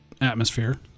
atmosphere